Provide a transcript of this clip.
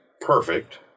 perfect